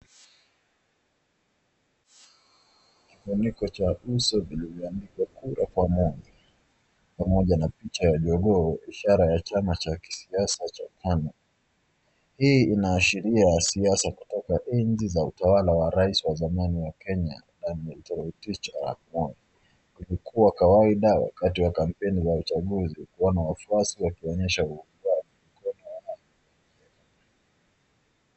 kifuniko cha uso vilivyoandikwa kura kwa Moi pamoja na picha ya jogoo ishara ya chama ya kisiasa cha KANU. Hii inaashiria siasa kutoka nchi za utawala wa rais wa zamani wa Kenya, Daniel toroitich Arap Moi. Ilikuwa kawaida wakati wa kampeni za uchaguzi wanawafuasi wakionyesha...